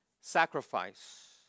Sacrifice